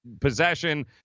possession